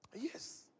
Yes